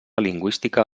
lingüística